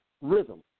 rhythm